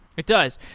it does.